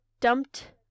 Dumped